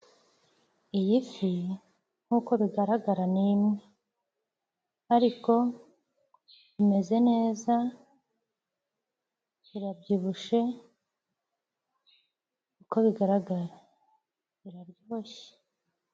Iyi fi nk'uko bigaragara ni imwe ariko imeze neza irabyibushye, nk'uko bigaragara iraryoshye.